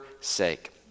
sake